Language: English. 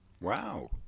Wow